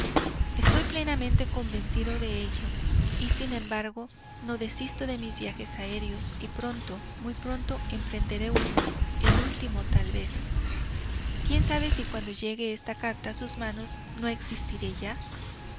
estoy plenamente convencido de ello y sin embargo no desisto de mis viajes aéreos y pronto muy pronto emprenderé uno el último tal vez quién sabe si cuando llegue esta carta a sus manos no existiré ya